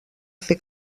fer